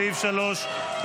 נגד.